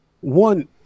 one